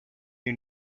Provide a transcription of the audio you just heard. you